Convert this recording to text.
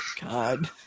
God